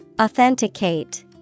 Authenticate